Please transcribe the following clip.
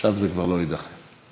הנושא לוועדת הפנים והגנת הסביבה נתקבלה.